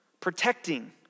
Protecting